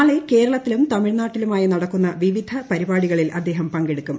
നാളെ കേരളത്തിലും തമിഴ്നാട്ടിലുമായി നടക്കുന്ന വിവിധ പരിപാടികളിൽ അദ്ദേഹം പങ്കെടുക്കും